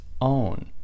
own